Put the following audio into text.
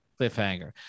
cliffhanger